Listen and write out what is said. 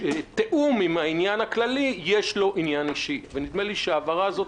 אין לי מה לענות.